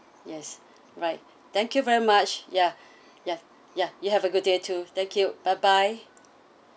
yes right thank you very much ya ya ya you have a good day too thank you bye bye